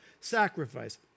sacrifice